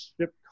ship